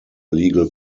legal